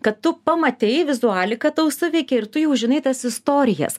kad tu pamatei vizualika tau suveikė ir tu jau žinai tas istorijas